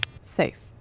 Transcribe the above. Safe